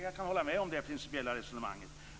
Jag kan hålla med om det principiella resonemanget.